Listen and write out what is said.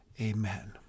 Amen